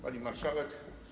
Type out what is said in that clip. Pani Marszałek!